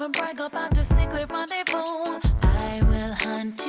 ah brag about this secret rendezvous i will hunt you